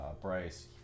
Bryce